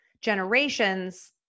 generations